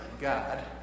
God